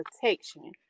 protection